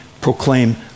proclaim